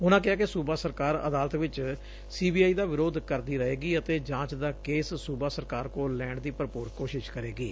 ਉਨੂਾ ਕਿਹਾ ਕਿ ਸੁਬਾ ਸਰਕਾਰ ਅਦਾਲਤ ਵਿਚ ਸੀ ਬੀ ਆਈ ਦਾ ਵਿਰੋਧ ਕਰਦੀ ਰਹੇਗੀ ਅਤੇ ਜਾਂਚ ਦਾ ਕੇਸ ਸੁਬਾ ਸਰਕਾਰ ਕੋਲ ਲੈਣ ਦੀ ਭਰਪੁਰ ਕੋਸ਼ਿਸ਼ ਕਰੇਗੀ